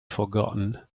forgotten